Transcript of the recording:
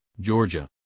Georgia